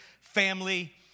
family